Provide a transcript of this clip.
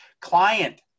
client